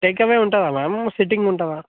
takeaway ఉంటుందా ma'am sitting ఉంటుందా